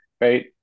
Right